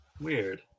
Weird